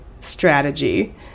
strategy